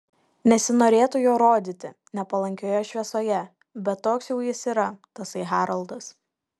nesinorėtų jo rodyti nepalankioje šviesoje bet toks jau jis yra tasai haroldas